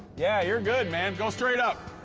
yeah, you're good, man. go straight up.